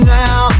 now